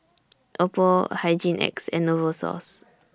Oppo Hygin X and Novosource